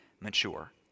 mature